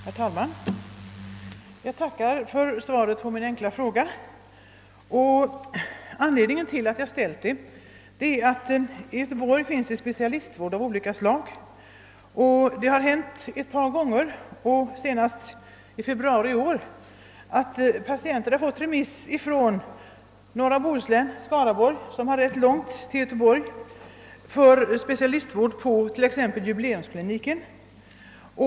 Herr talman! Jag tackar för svaret på min enkla fråga och vill med några ord redovisa varför jag ställt den. I Göteborg finns det specialistvård av olika slag. Ett par gånger — senast i februari i år — har det hänt att patienter fått remiss från norra Bohuslän och Skaraborgs län för specialistvård på bl.a. jubileumskliniken. Det har alltså rört sig om personer som haft rätt långt till Göteborg.